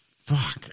Fuck